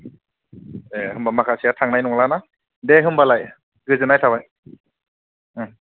ए होनबा माखासेआ थांनाय नंला ना दे होनबालाय गोजोननाय थाबाय ओं